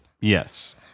Yes